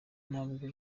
ntabwo